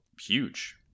huge